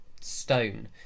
stone